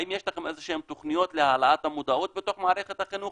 האם יש לכם איזה שהן תוכניות להעלאת המודעות בתוך מערכת החינוך?